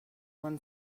one